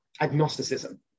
agnosticism